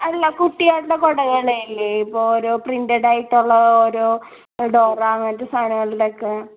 അല്ല കുട്ടികളുടെ കുടകളില്ലേ ഇപ്പോൾ ഓരോ പ്രിൻറ്റഡ് ആയിട്ടുള്ള ഓരോ ഡോറ എന്ന് പറഞ്ഞിട്ട് സാധനങ്ങളുടെ ഒക്കെ